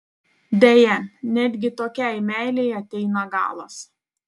deja netgi tokiai meilei ateina galas